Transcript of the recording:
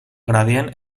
gradient